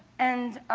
and